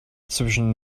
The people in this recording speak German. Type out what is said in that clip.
zwischen